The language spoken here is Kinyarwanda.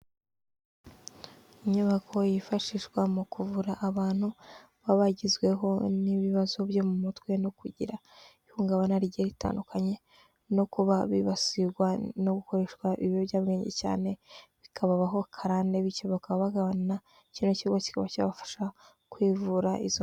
Inyubako yifashishwa mu kuvura abantu babagezweho n'ibibazo byo mu mutwe no kugira ihungabana rigiye ritandukanye no kuba bibasirwa no gukoreshwa ibiyobyabwenge cyane bikabababaho karande bityo bakaba ba bagabana kino kigo kikaba cyabafasha kwivura izo.